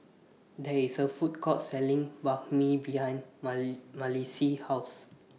There IS A Food Court Selling Banh MI behind Mali Malissie's House